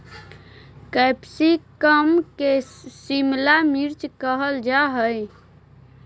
capsicum के शिमला मिर्च कहल जा हइ